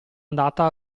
andata